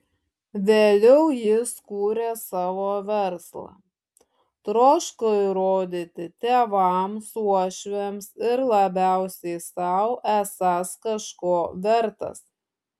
vėliau jis kūrė savo verslą troško įrodyti tėvams uošviams ir labiausiai sau esąs kažko vertas